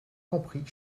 compris